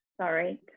sorry